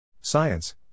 Science